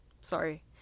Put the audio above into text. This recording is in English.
Sorry